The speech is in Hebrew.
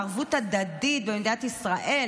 ערבות הדדית במדינת ישראל,